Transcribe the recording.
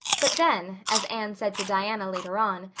but then, as anne said to diana later on,